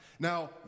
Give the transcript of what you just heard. Now